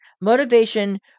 Motivation